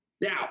Now